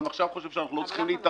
עכשיו אני סבור שאנחנו לא צריכים להתערב.